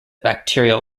bacterial